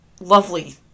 Lovely